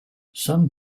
some